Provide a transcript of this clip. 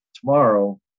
tomorrow